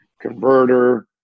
converter